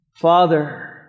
Father